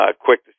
quick